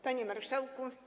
Panie Marszałku!